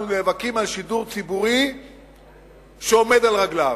אנחנו נאבקים על שידור ציבורי שעומד על רגליו.